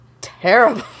terrible